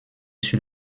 sur